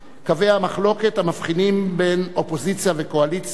קווי המחלוקת המבחינים בין אופוזיציה וקואליציה,